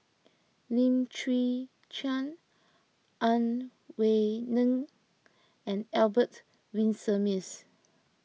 Lim Chwee Chian Ang Wei Neng and Albert Winsemius